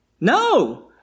No